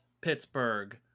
pittsburgh